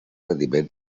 rendiment